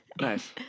nice